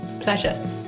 Pleasure